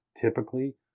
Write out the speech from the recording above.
Typically